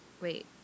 wait